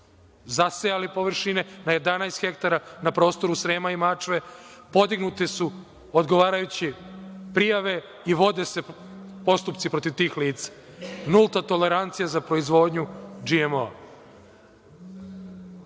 zasejali površine na 11 hektara na prostoru Srema i Mačve, podignute su odgovarajuće prijave i vode se postupci protiv tih lica. Nulta tolerancija za proizvodnju